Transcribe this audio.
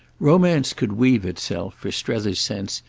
romance could weave itself, for strether's sense,